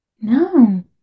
no